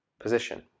position